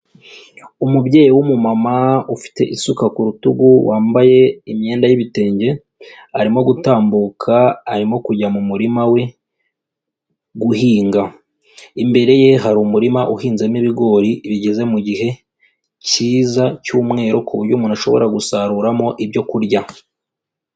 Umubyeyi w'umumama ufite isuka ku rutugu, wambaye imyenda y'ibitenge, arimo gutambuka, arimo kujya mu murima we guhinga, imbere ye hari umurima uhinzemo ibigori bigeze mu mugihe cyiza cy'umweru kuburyo umuntu ashobora gusaruramo ibyo kurya.